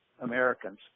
Americans